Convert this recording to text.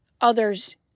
others